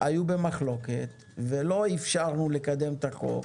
היו במחלוקת ולא אפשרנו לקדם את החוק,